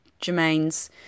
Jermaine's